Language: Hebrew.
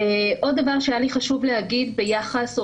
עוד דבר שהיה לי חושב להגיד ביחס או